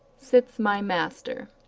sits my master.